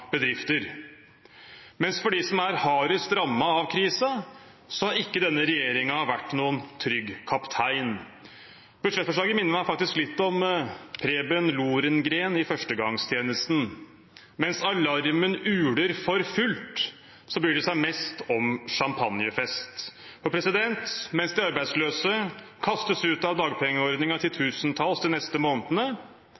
bedrifter, mens for dem som er hardest rammet av krisen, har ikke denne regjeringen vært noen trygg kaptein. Budsjettforslaget minner meg faktisk litt om Preben Lohrengren i Førstegangstjenesten – mens alarmen uler for fullt, bryr de seg mest om champagnefest. Mens titusentalls arbeidsløse kastes ut av